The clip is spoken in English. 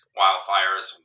wildfires